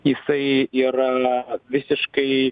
jisai yra visiškai